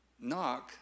Knock